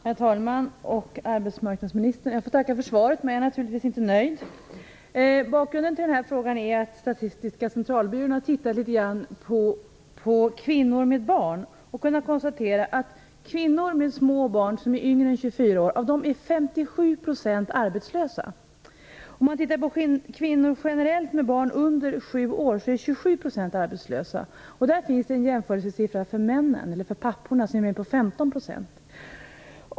Herr talman! Arbetsmarknadsministern! Jag får tacka för svaret, men jag är naturligtvis inte nöjd. Bakgrunden till frågan är att Statistiska centralbyrån har tittat litet grand på kvinnor med barn och kunnat konstatera att 57 % av de kvinnor som är yngre än 24 år och har små barn är arbetslösa. Om man tittar generellt på kvinnor med barn under sju år ser man att 27 % är arbetslösa. Det finns en jämförelsesiffra för papporna som är på 15 %.